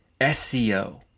SEO